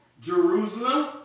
Jerusalem